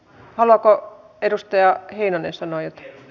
a allakka edustaja heinonen sanoi